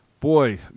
Boy